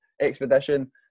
expedition